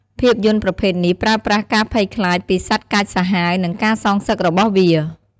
ភាពយន្តប្រភេទនេះប្រើប្រាស់ការភ័យខ្លាចពីសត្វកាចសាហាវ និងការសងសឹករបស់វា។